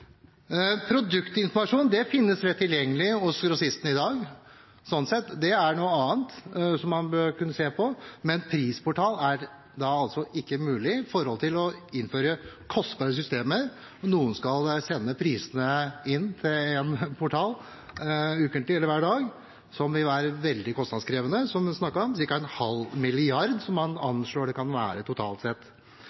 Produktinformasjon er lett tilgjengelig hos grossistene i dag, det er noe annet, som man bør kunne se på, men en prisportal er ikke mulig uten å innføre kostbare systemer der noen skal sende prisene inn til en portal ukentlig eller hver dag, noe som det er snakket om vil være veldig kostnadskrevende. Man anslår at kostnaden kan være ca. en halv milliard kroner totalt sett, som man